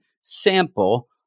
sample